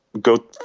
go